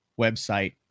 website